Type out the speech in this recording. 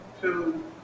two